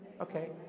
Okay